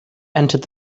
entered